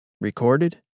Recorded